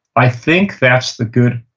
i think that's the good,